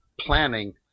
planning